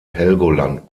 helgoland